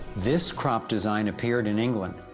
this crop design appeared in england,